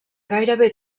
gairebé